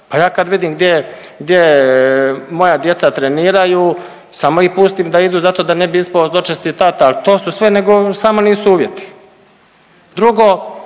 Pa ja kad vidim gdje moja djeca treniraju, samo ih pustim da idu da ne bi ispao zločesti tata, ali to su sve nego samo nisu uvjeti. Drugo,